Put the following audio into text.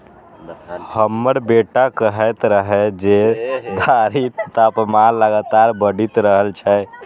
हमर बेटा कहैत रहै जे धरतीक तापमान लगातार बढ़ि रहल छै